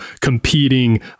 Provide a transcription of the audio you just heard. competing